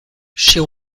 she